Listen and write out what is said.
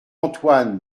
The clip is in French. antoine